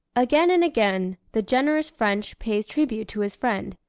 again and again, the generous french pays tribute to his friend,